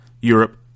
Europe